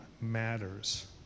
matters